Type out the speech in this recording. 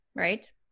Right